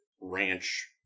ranch